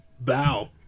bow